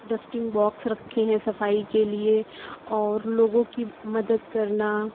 dusting box رکھے ہیں صفائی کے لیے اور لوگوں کی مدد کرنا